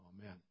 Amen